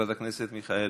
חברת הכנסת מיכאלי.